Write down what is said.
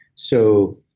so,